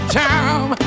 time